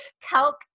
calc